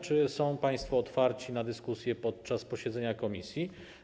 Czy są państwo otwarci na dyskusję podczas posiedzenia komisji?